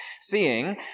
seeing